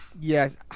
Yes